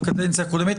בקדנציה הקודמת,